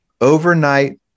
Overnight